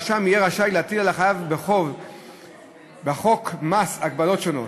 הרשם יהיה רשאי להטיל על חייב בחוב מס הגבלות שונות,